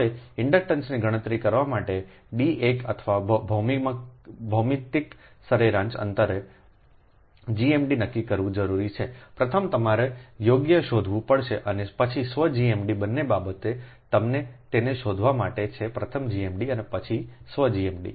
હવે ઇન્ડક્ટન્સની ગણતરી કરવા માટે D ઇએક અથવા ભૌમિતિક સરેરાશ અંતર GMD નક્કી કરવું જરૂરી છે પ્રથમ તમારે યોગ્ય શોધવું પડશે અને પછી સ્વ GMD બંને બાબતો તમે તેને શોધવા માટે છે પ્રથમ GMD અને પછી સ્વ GMD